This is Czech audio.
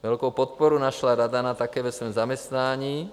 Velkou podporu našla Radana také ve svém zaměstnání.